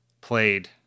played